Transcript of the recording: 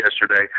yesterday